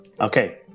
okay